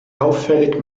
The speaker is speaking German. auffällig